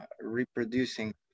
reproducing